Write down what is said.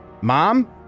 mom